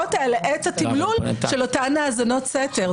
מהחקירות האלה את התמלול של אותן האזנות סתר?